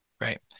Right